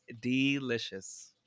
delicious